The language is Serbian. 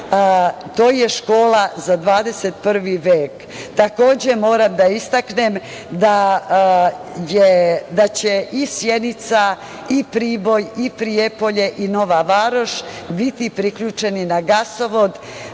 To je škola za 21. vek. Takođe, moram da istaknem da će i Sjenica i Priboj i Prijepolje i Nova Varoš biti priključeni na gasovod,